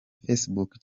facebook